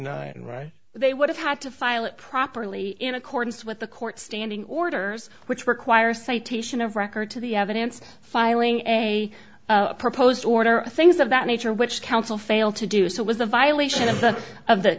nine right they would have had to file it properly in accordance with the court standing orders which require a citation of record to the evidence filing a proposed order things of that nature which counsel failed to do so was a violation of